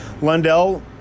Lundell